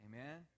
Amen